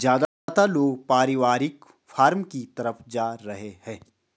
ज्यादातर लोग पारिवारिक फॉर्म की तरफ जा रहै है